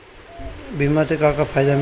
बीमा से का का फायदा मिली?